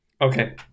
okay